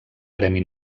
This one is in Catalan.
premi